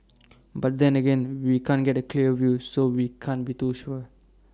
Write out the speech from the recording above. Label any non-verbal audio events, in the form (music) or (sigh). (noise) but then again we can't get A clear view so we can't be too sure